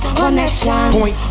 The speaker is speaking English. connection